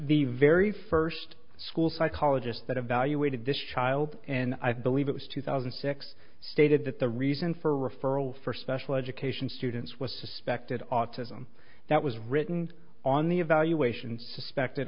the very first school psychologist that evaluated this child and i believe it was two thousand and six stated that the reason for referral for special education students was suspected autism that was written on the evaluation suspected